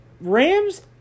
Rams